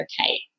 okay